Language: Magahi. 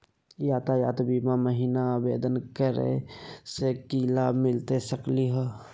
यातायात बीमा महिना आवेदन करै स की लाभ मिलता सकली हे?